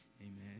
Amen